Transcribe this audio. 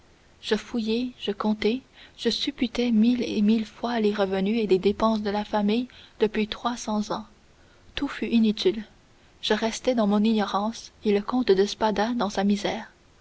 je fouillai je comptai je supputai mille et mille fois les revenus et les dépenses de la famille depuis trois cents ans tout fut inutile je restai dans mon ignorance et le comte de spada dans sa misère